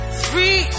three